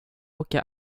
åka